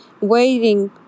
waiting